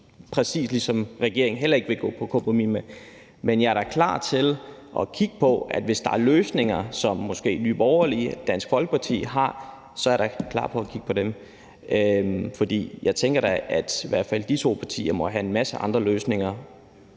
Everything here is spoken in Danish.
præcis ligesom regeringen heller ikke vil gå på kompromis med dem. Men jeg er da klar til at kigge på det, hvis der er løsninger, som måske Nye Borgerlige og Dansk Folkeparti har. Så er jeg da klar til at kigge på dem. For jeg tænker da, at i hvert fald de to partier må have en masse andre løsninger